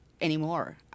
anymore